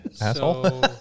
Asshole